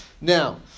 now